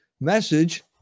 message